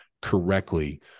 correctly